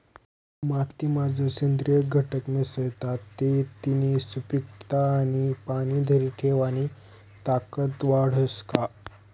मातीमा जर सेंद्रिय घटक मिसळतात ते तिनी सुपीकता आणि पाणी धरी ठेवानी ताकद वाढस का?